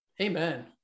Amen